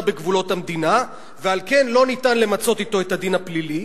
בגבולות המדינה ועל כן אי-אפשר למצות אתו את הדין הפלילי.